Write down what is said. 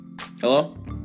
Hello